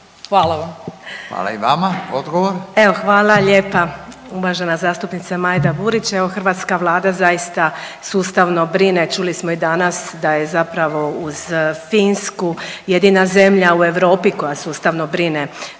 **Baričević, Danica (HDZ)** Evo hvala lijepa uvažena zastupnice Majda Burić. Evo hrvatska Vlada zaista sustavno brine, čuli smo i danas da je zapravo uz Finsku jedina zemlja u EU koja sustavno brine